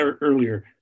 earlier